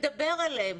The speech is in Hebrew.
מדבר אליהם,